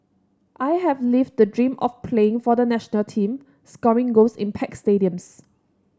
I have lived the dream of playing for the national team scoring goals in packed stadiums